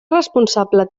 responsable